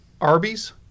Arby's